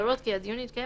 להורות כי הדיון יתקיים